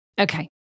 Okay